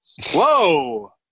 Whoa